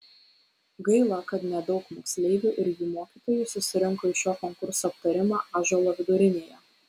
gaila kad nedaug moksleivių ir jų mokytojų susirinko į šio konkurso aptarimą ąžuolo vidurinėje